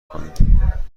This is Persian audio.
کنیم